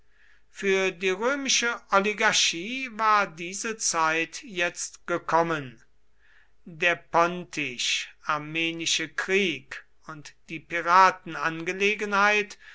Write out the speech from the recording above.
für die römische oligarchie war diese zeit jetzt gekommen der pontisch armenische krieg und die